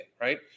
right